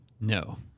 No